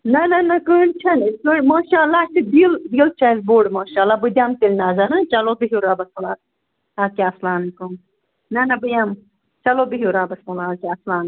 نہَ نہَ نہَ کٕہٕنٛۍ چھَنہٕ مشااللہ اَسہِ چھِ دِل دِل چھُ اَسہِ بوٚڈ مشااللہ بہٕ دٮ۪مہٕ تیٚلہِ نظر چلو بِہِو رۄبَس حوال اَدٕ کیٛاہ اَسلام وعلیکم نہَ نہَ بہٕ یِمہٕ چلو بِہِو رۄبس حوال اَدٕ کیٛاہ اسلام